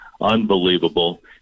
unbelievable